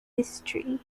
history